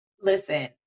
listen